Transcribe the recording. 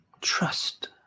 Trust